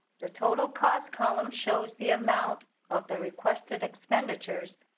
the total cost column shows the amount of the requested expenditures.